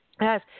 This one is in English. Yes